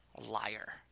liar